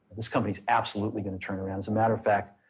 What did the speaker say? this company is absolutely going to turn around. as a matter of fact,